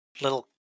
little